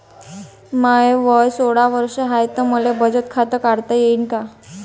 माय वय सोळा वर्ष हाय त मले बचत खात काढता येईन का?